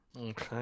Okay